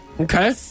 Okay